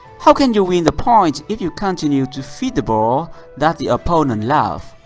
how can you win the point? if you continue to feed the ball that the opponent love?